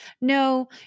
No